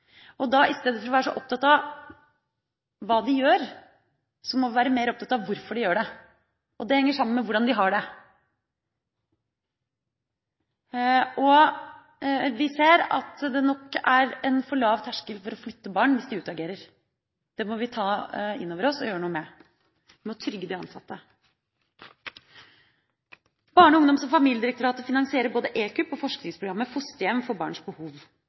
I stedet for å være så opptatt av hva de gjør, må vi være mer opptatt av hvorfor de gjør det. Det henger sammen med hvordan de har det. Vi ser at det nok er en for lav terskel for å flytte barn hvis de utagerer. Det må vi ta inn over oss og gjøre noe med. Vi må trygge de ansatte. Barne- ungdoms og familiedirektoratet finansierer både EKUP og forskningsprogrammet Fosterhjem for barns behov.